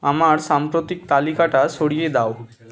আমার সাম্প্রতিক তালিকাটা সরিয়ে দাও